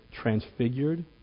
transfigured